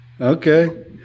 Okay